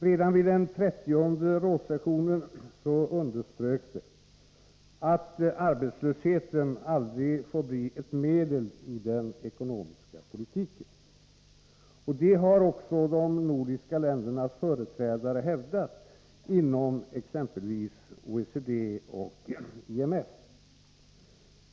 Redan vid den trettionde rådssessionen underströks det att arbetslösheten aldrig får bli ett medel i den ekonomiska politiken. Det har också de nordiska ländernas företrädare hävdat inom exempelvis OECD och IMF.